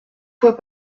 fois